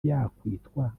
yakwitwa